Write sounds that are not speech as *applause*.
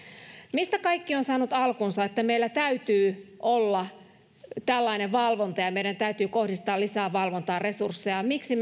mistä kaikki on saanut alkunsa että meillä täytyy olla tällainen valvonta ja meidän täytyy kohdistaa valvontaan lisää resursseja miksi *unintelligible*